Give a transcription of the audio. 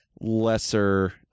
lesser